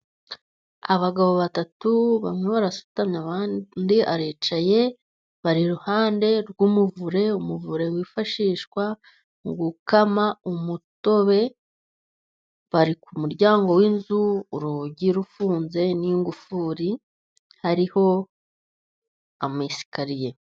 Abagabo batatu bamwe barasutamye abandi baricaye, bari iruhande rw'umuvure (umuvure wifashishwa mu gukama umutobe), bari ku muryango w'inzu urugi rufunze n'ingufuri hariho ama esikariye.